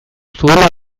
zuela